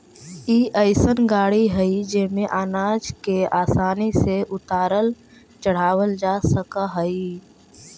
ई अइसन गाड़ी हई जेमे अनाज के आसानी से उतारल चढ़ावल जा सकऽ हई